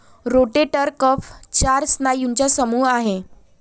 rotator cuff चार स्नायूंचा समूह आहे